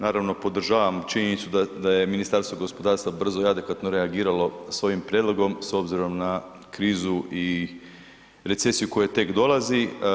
Naravno, podržavam činjenicu da, da je Ministarstvo gospodarstva brzo i adekvatno reagiralo s ovim prijedlogom s obzirom na krizu i recesiju koja tek dolazi.